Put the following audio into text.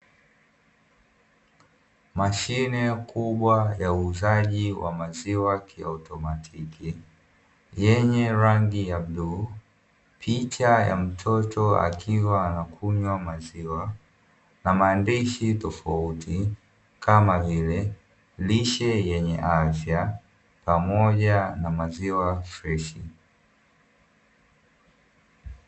Mashine kubwa ya uuzaji wa maziwa kiautomatiki yenye rangi ya bluu, picha ya mtoto akiwa anakunywa maziwa, na maandishi tofauti kama vile: lishe yenye afya pamoja na maziwa freshi.